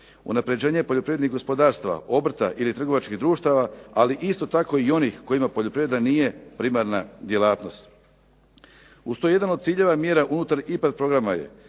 unaprjeđenje poljoprivrednih gospodarstva, obrta ili trgovačkih društava ali isto tako i onih kojima poljoprivreda nije primarna djelatnost. Uz to jedan od ciljeva mjera unutar IPAR programa je